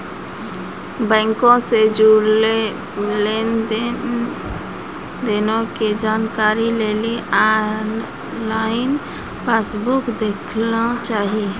बैंको से जुड़लो लेन देनो के जानकारी लेली आनलाइन पासबुक देखना चाही